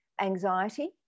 anxiety